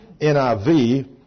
NIV